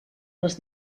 les